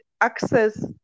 access